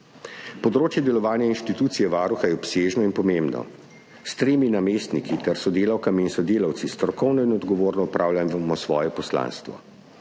Področje delovanja inštitucije Varuha je obsežno in pomembno. S tremi namestniki ter sodelavkami in sodelavci strokovno in odgovorno opravljamo svoje poslanstvo.